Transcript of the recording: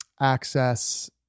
access